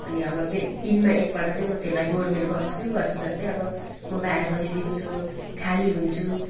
अनि अब दिनमा एकपल्ट चाहिँ म त्यसलाई गोडमेल गर्छु गर्छु जस्तै अब म बाह्र बजी दिउँसो खाली हुन्छु